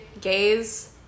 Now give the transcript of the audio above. gays